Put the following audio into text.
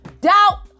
Doubt